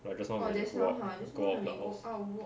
like just now when we go out go out of the house